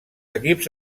equips